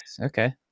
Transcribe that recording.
Okay